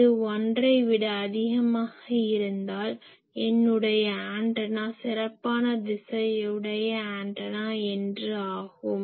இது 1ஐ விட அதிகமாக இருந்தால் என்னுடைய ஆண்டனா சிறப்பான திசையுடைய ஆண்டனா என்று ஆகும்